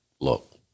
look